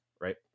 right